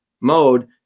mode